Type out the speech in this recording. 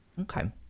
Okay